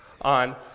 on